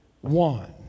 one